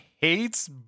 Hates